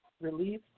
released